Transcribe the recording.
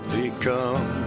become